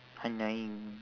annoying